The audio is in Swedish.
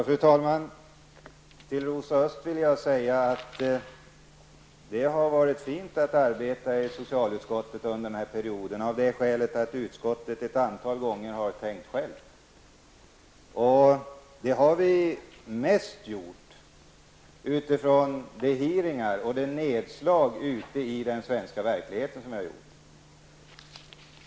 Fru talman! Först vill jag till Rosa Östh säga att det har varit fint att arbeta i socialutskottet under denna period av det skälet att vi i socialutskottet ett antal gånger har tänkt själva. Och det har vi till största delen gjort utifrån utfrågningar och de nedslag ute i den svenska verkligheten som vi har gjort.